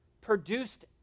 produced